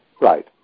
Right